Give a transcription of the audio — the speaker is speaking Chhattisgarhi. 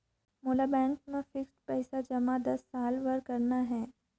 मोला बैंक मा फिक्स्ड पइसा जमा दस साल बार करना हे?